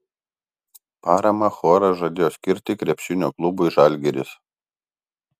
paramą choras žadėjo skirti krepšinio klubui žalgiris